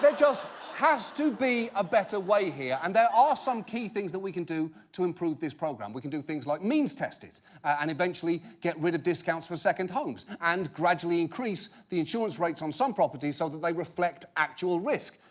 just has to be a better way here, and there are some key things that we can do to improve this program. we can do things like means-test it and eventually get rid of discounts for second homes and gradually increase the insurance rates on some properties so that they reflect actual risk.